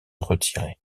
retirer